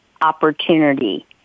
opportunity